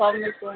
السلام علیکُم